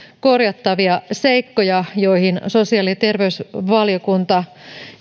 korjattavia seikkoja joihin sosiaali ja terveysvaliokunta